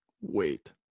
Wait